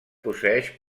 posseeix